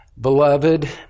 Beloved